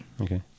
Okay